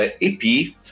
EP